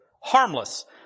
Harmless